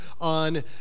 on